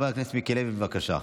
חבר הכנסת מיקי לוי, בבקשה.